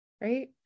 right